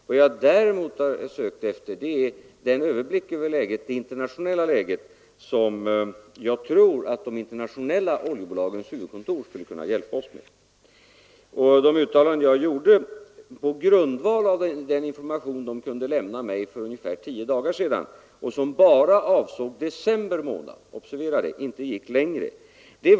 Vad jag däremot förgäves sökt efter är den överblick över det internationella läget som vi tror att de internationella oljebolagens huvudkontor skulle kunna hjälpa oss med. Det uttalande jag gjorde på grundval av den information bolagen kunde lämna mig för ungefär tio dagar sedan — och som bara avsåg december månad, observera det!